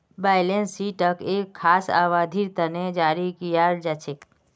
balance शीटक एक खास अवधिर तने जारी कियाल जा छे